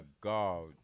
God